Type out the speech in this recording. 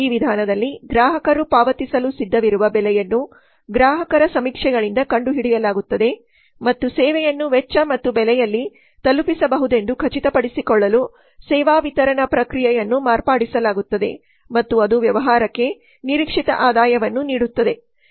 ಈ ವಿಧಾನದಲ್ಲಿ ಗ್ರಾಹಕರು ಪಾವತಿಸಲು ಸಿದ್ಧವಿರುವ ಬೆಲೆಯನ್ನು ಗ್ರಾಹಕರ ಸಮೀಕ್ಷೆಗಳಿಂದ ಕಂಡುಹಿಡಿಯಲಾಗುತ್ತದೆ ಮತ್ತು ಸೇವೆಯನ್ನು ವೆಚ್ಚ ಮತ್ತು ಬೆಲೆಯಲ್ಲಿ ತಲುಪಿಸಬಹುದೆಂದು ಖಚಿತಪಡಿಸಿಕೊಳ್ಳಲು ಸೇವಾ ವಿತರಣಾ ಪ್ರಕ್ರಿಯೆಯನ್ನು ಮಾರ್ಪಡಿಸಲಾಗುತ್ತದೆ ಮತ್ತು ಅದು ವ್ಯವಹಾರಕ್ಕೆ ನಿರೀಕ್ಷಿತ ಆದಾಯವನ್ನು ನೀಡುತ್ತದೆ